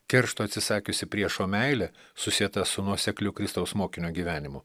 keršto atsisakiusi priešo meilė susieta su nuosekliu kristaus mokinio gyvenimu